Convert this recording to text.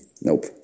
Nope